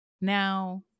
Now